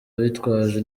bitwaje